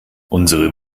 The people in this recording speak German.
unsere